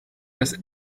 das